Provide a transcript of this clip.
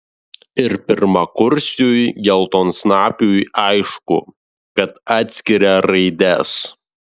ir pirmakursiui geltonsnapiui aišku kad atskiria raides